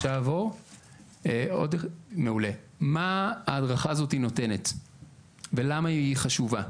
מה ההדרכה הזו נותנת ולמה היא חשובה.